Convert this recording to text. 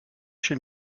chez